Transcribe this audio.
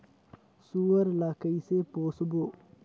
सुअर ला कइसे पोसबो?